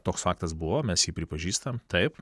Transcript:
toks faktas buvo mes jį pripažįstam taip